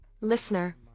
Listener